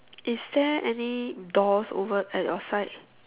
is there any doors over at your side